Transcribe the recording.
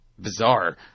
bizarre